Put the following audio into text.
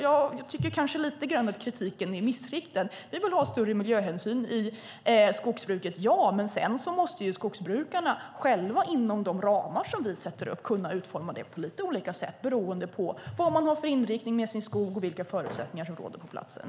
Jag tycker kanske att kritiken är lite missriktad. Vi vill ha större miljöhänsyn i skogsbruket. Men sedan måste skogsbrukarna själva inom de ramar som vi sätter upp kunna utforma det på lite olika sätt beroende på vad de har för inriktning med sin skog och vilka förutsättningar som råder på platsen.